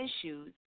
issues